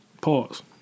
pause